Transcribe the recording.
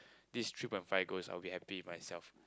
this three point five goal I will get happy in myself